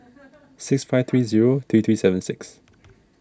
six five three zero three three seven six